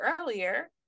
earlier